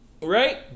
Right